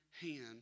hand